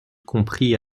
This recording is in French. comprit